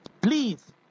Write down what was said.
please